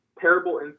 terrible